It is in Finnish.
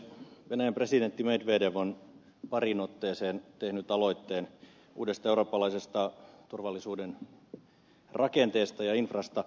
venäjän presidentti medvedev on pariin otteeseen tehnyt aloitteen uudesta eurooppalaisesta turvallisuuden rakenteesta ja infrasta